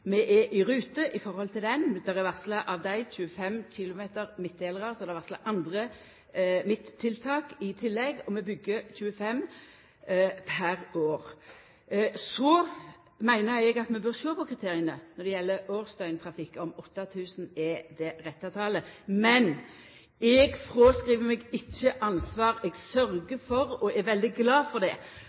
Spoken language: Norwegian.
er i rute i forhold til det. Av dei er det varsla 250 km med midtdelarar, og så er det varsla andre midttiltak i tillegg – vi byggjer 25 per år. Så meiner eg at vi bør sjå på kriteria når det gjeld årsdøgntrafikk, om 8 000 er det rette talet. Men eg fråskriv meg ikkje ansvar. Eg sørgjer for, og eg er veldig glad for,